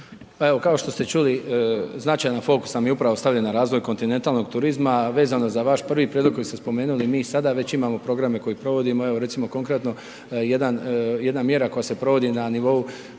Evo, kao što ste čuli, značajan fokus nam je upravo stavljen na razvoj kontinentalnog turizma. Vezano za vaš 1. prijedlog koji ste spomenuli, mi sada već imamo programe koje provodimo, evo, recimo, konkretno jedna mjera koja se provodi na nivou